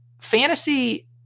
fantasy